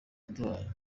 yaduhaye